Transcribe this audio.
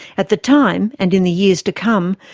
at the time, and in the years to come,